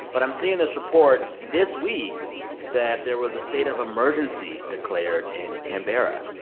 but i'm seeing this report this week that there was a state of emergency declared in canberra.